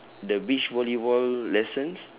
the beach volleyball lessons